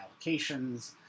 allocations